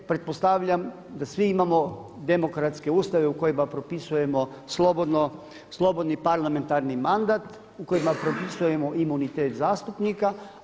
Pretpostavljam da svi imamo demokratske ustave u kojima propisujemo slobodni parlamentarni mandat, u kojima propisujemo imunitet zastupnika.